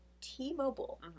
T-Mobile